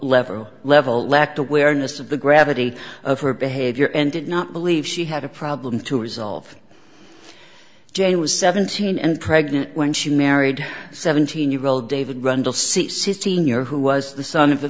level level lacked awareness of the gravity of her behavior and did not believe she had a problem to resolve jay was seventeen and pregnant when she married seventeen year old david rundle see cysteine your who was the son of a